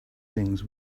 things